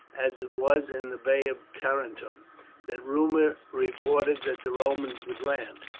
as it was in the bay of tarentum that rumour reported that the romans would land.